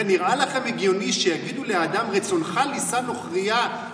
אומר: נראה לכם הגיוני שיגידו לאדם: רצונך לישא נוכרייה,